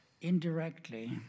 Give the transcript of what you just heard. indirectly